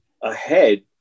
ahead